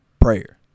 prayer